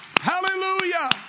Hallelujah